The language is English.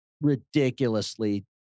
ridiculously